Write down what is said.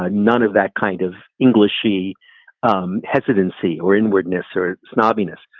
ah none of that kind of english she um hesitancy or inwardness or snobbishness,